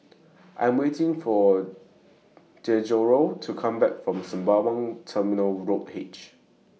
I Am waiting For Gregorio to Come Back from Sembawang Terminal Road H